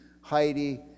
Heidi